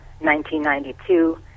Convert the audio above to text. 1992